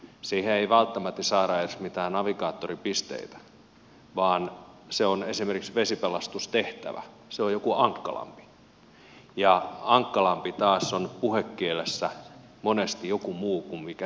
siihen ei välttämättä saada edes mitään navigaattoripisteitä vaan se on esimerkiksi vesipelastustehtävä se on joku ankkalampi ja ankkalampi taas on puhekielessä monesti joku muu kuin mikä se on kartalla